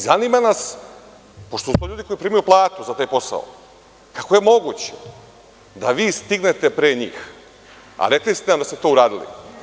Zanima nas, pošto su to ljudi koji primaju platu za taj posao, kako je moguće da vi stignete pre njih, a rekli ste da ste to uradili?